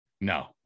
no